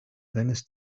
seines